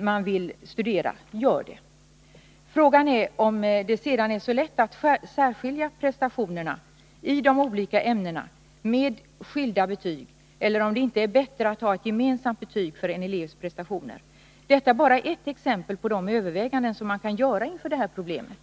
man vill studera. Frågan är om det sedan är så lätt att särskilja elevens prestationer i de olika ämnena med skilda betyg, eller om det inte är bättre att ha ett gemensamt betyg för en elevs prestationer. Detta är bara ett exempel på de överväganden som man kan göra inför det här problemet.